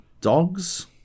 Dogs